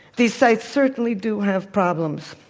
these sites certainly do have problems.